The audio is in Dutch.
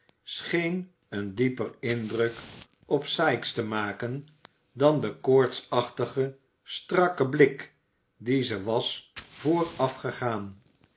scheen een dieper indruk op sikes te maken dan de koortsachtige strakke blik die ze was